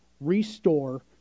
restore